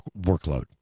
workload